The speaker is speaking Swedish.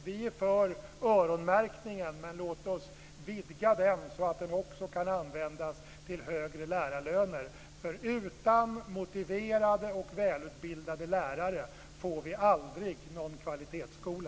Vi är för öronmärkningen, men låt oss vidga den så att den också kan användas till högre lärarlöner. Utan motiverade och välutbildade lärare får vi aldrig någon kvalitetsskola.